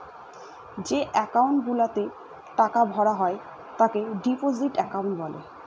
যে একাউন্ট গুলাতে টাকা ভরা হয় তাকে ডিপোজিট একাউন্ট বলে